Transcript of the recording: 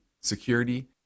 security